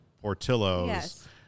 Portillo's